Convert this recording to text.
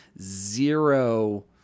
zero